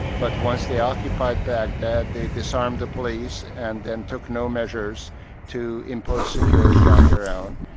but once they occupied baghdad, they disarmed the police, and then took no measures to impose security on their own,